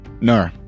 No